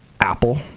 Apple